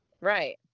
right